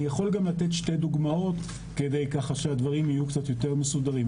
אני יכול גם לתת שתי דוגמאות כדי שהדברים יהיו קצת יותר מסודרים.